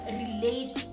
relate